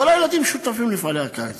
כל הילדים שותפים למפעלי הקיץ,